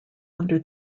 under